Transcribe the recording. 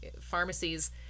pharmacies